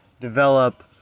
develop